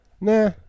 Nah